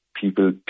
people